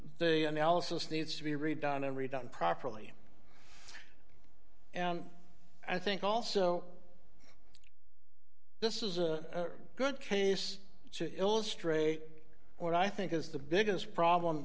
the analysis needs to be redone and redone properly and i think also this is a good case to illustrate what i think is the biggest problem